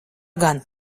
gan